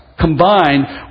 combined